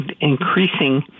increasing